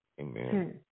Amen